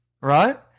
right